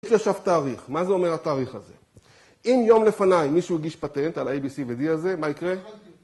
יש לי עכשיו תאריך, מה זה אומר התאריך הזה? אם יום לפניי מישהו הגיש פטנט על ה-ABCD הזה, מה יקרה?